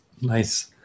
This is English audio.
nice